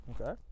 Okay